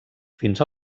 fins